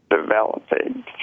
developing